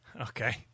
Okay